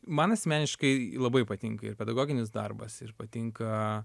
man asmeniškai labai patinka ir pedagoginis darbas ir patinka